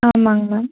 ஆமாங்க மேம்